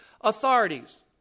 authorities